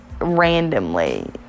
randomly